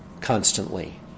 constantly